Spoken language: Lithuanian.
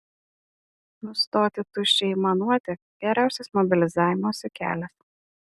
nustoti tuščiai aimanuoti geriausias mobilizavimosi kelias